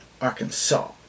Arkansas